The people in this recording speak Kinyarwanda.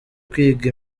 kwiga